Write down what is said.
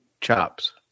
chops